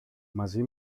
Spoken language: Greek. μαζί